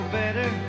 better